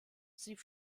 sie